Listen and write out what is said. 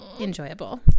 enjoyable